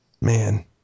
Man